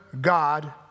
God